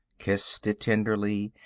kissed it tenderly,